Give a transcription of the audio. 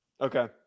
Okay